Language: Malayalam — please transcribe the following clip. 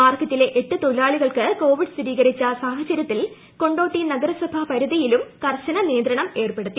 മാർക്കറ്റില്ലൂ എട്ട് തൊഴിലാളികൾക്ക് കോവിഡ് സ്ഥിരീകരിച്ച സാഹചരൃത്തിൽ കൊണ്ടോട്ടി നഗരസഭാ പരിധിയിലും കർശന നിയന്ത്രണം ഏർപ്പെടുത്തി